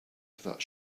that